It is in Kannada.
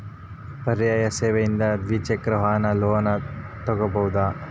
ಪರ್ಯಾಯ ಸೇವೆಯಿಂದ ದ್ವಿಚಕ್ರ ವಾಹನದ ಲೋನ್ ತಗೋಬಹುದಾ?